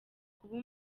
kuba